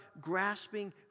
grasping